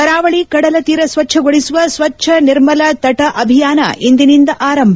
ಕರಾವಳಿ ಕಡಲ ತೀರ ಸ್ವಚ್ಚಗೊಳಿಸುವ ಸ್ವಚ್ಚ ನಿರ್ಮಲ ತಟ ಅಭಿಯಾನ ಇಂದಿನಿಂದ ಆರಂಭ